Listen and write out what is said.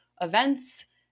events